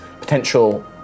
potential